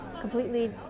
completely